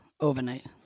Overnight